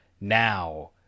now